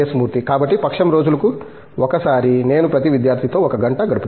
మూర్తి కాబట్టి పక్షం రోజులకు ఒకసారి నేను ప్రతి విద్యార్థితో ఒక గంట గడుపుతాను